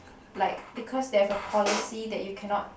like because they have a policy that you cannot